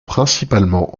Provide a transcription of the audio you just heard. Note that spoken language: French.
principalement